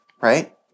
right